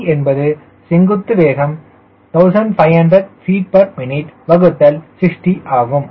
G என்பது செங்குத்து வேகம் 1500 ftmin வகுத்தல் 60 ஆகும்